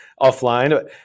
offline